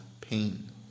pain